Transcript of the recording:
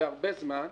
והרבה זמן,